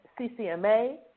CCMA